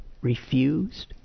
refused